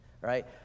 Right